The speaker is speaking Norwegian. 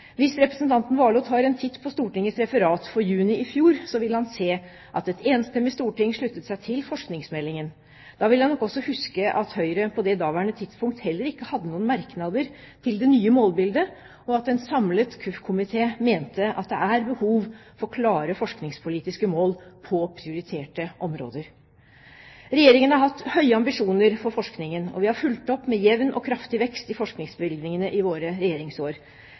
Hvis representanten Warloe tar en titt på Stortingets referat for juni i fjor, vil han se at et enstemmig storting sluttet seg til forskningsmeldingen. Da vil han nok også huske at Høyre på daværende tidspunkt heller ikke hadde noen merknader til det nye målbildet, og at en samlet kirke- og undervisningskomité mente at det er behov for klare forskningspolitiske mål på prioriterte områder. Regjeringen har hatt høye ambisjoner for forskningen, og vi har fulgt opp med jevn og kraftig vekst i forskningsbevilgningene i våre regjeringsår.